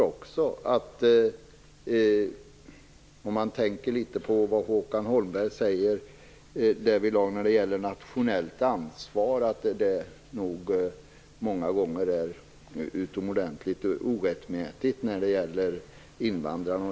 Om man tänker litet på vad Håkan Holmberg säger om nationellt ansvar tror jag nog att det många gånger är utomordentligt orättmätigt när det gäller invandrarna.